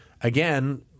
again